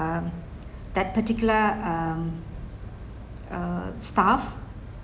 um that particular um uh stuff